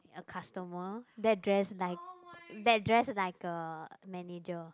a customer that dress like that dress like a manager